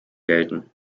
gelten